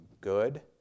good